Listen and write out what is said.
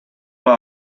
ole